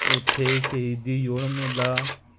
ਉੱਥੇ ਸ਼ਹੀਦੀ ਜੋੜ ਮੇਲਾ